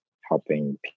helping